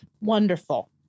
Wonderful